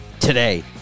today